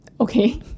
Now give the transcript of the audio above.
Okay